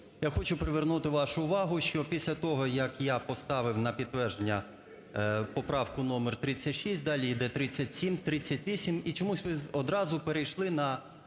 Я хочу привернути вашу увагу, що після того, як я поставив на підтвердження поправку номер 36, далі іде 37, 38. І чомусь ви одразу перейшли на